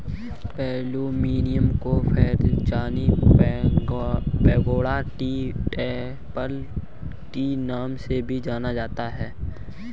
plumeria को frangipani, pagoda tree, temple tree नाम से भी जाना जाता है